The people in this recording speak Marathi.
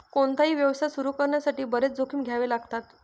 कोणताही व्यवसाय सुरू करण्यासाठी बरेच जोखीम घ्यावे लागतात